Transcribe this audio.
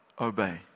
obey